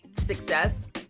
success